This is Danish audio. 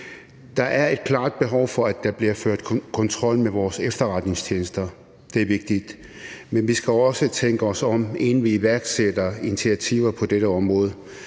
Der er et klart behov for, at der bliver ført kontrol med vores efterretningstjenester – det er vigtigt – men vi skal også tænke os om, inden vi iværksætter initiativer på dette område.